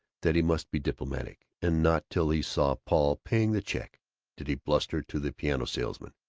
that he must be diplomatic, and not till he saw paul paying the check did he bluster to the piano-salesman,